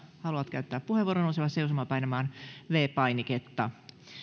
käyttää puheenvuoron nousemaan seisomaan ja painamaan viides painiketta